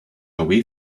away